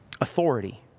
authority